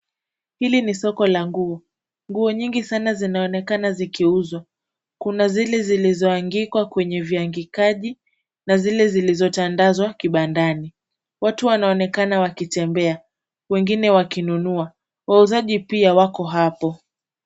Hili ni soko la nguo. Nguo nyingi sana zinaonekana zikiuzwa. Kuna zile zilizoangikwa kwenye viangikaji na zile zilizotandazwa kibandani. Watu wanaonekana wakitembea. Wengine wakinunua. Wauzaji pia wako hapo.